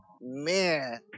Man